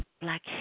black